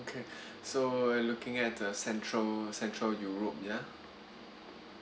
okay so we're looking at the central central europe ya